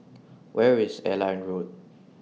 Where IS Airline Road